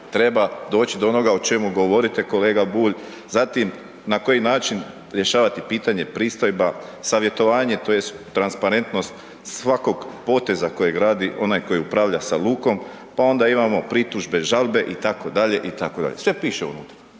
treba doći do onoga o čemu govorite kolega Bulj, zatim, na koji način rješavati pitanje pristojba, savjetovanje tj. transparentnost svakog poteza kojeg radi onaj koji upravlja sa lukom, pa onda imamo pritužbe, žalbe itd., itd., sve piše unutra,